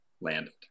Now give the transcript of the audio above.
landed